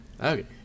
okay